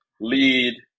lead